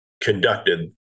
conducted